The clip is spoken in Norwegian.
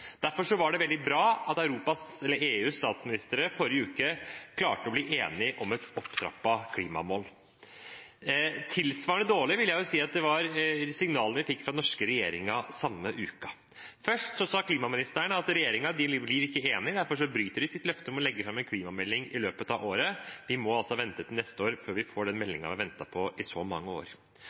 Derfor var det veldig bra at EUs statsministre forrige uke klarte å bli enige om et opptrappet klimamål. Tilsvarende dårlige vil jeg si signalene vi fikk fra den norske regjeringen samme uke var. Først sa klimaministeren at regjeringen ikke blir enige; derfor bryter de sitt løfte om å legge fram en klimamelding i løpet av året. Vi må altså vente til neste år før vi får den meldingen vi har ventet på i så mange år.